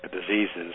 diseases